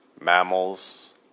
mammals